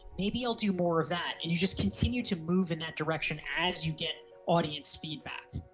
maybe i'll do more of that and you just continue to move in that direction as you get audience feedback.